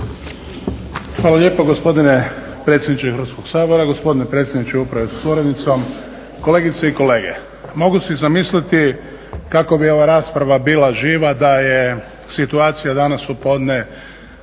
Hvala lijepo gospodine predsjedniče Hrvatskog sabora. Gospodine predsjedniče uprave sa suradnicom, kolegice i kolege mogu si zamisliti kako bi ova rasprava bila živa da je situacija danas u podne